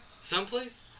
someplace